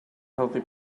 healthy